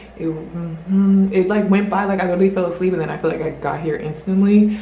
you know it like went by, like i really fell asleep and then i felt like i got here instantly.